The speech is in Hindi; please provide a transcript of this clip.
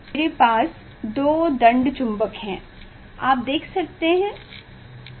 मेरे पास दो दंड चुंबक हैं आप देख सकते हैं